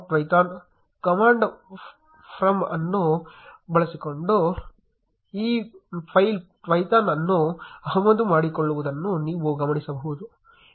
Twython import Twython command form ಅನ್ನು ಬಳಸಿಕೊಂಡು ಈ ಫೈಲ್ Twython ಅನ್ನು ಆಮದು ಮಾಡಿಕೊಳ್ಳುವುದನ್ನು ನೀವು ಗಮನಿಸಬಹುದು